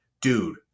dude